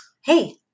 Hey